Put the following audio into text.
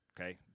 okay